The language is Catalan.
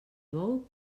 bou